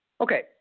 Okay